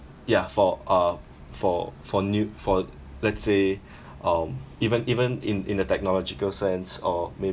ya for uh for for new for let's say um even even in in the technological sense or maybe